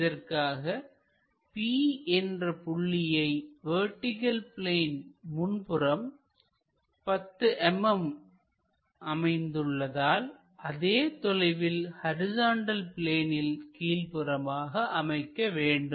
இதற்காக p என்ற புள்ளியை வெர்டிகள் பிளேன் முன்புறம் 10 mm அமைந்துள்ளதால் அதே தொலைவில் ஹரிசாண்டல் பிளேனில் கீழ்ப்புறமாக அமைக்கவேண்டும்